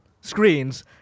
Screens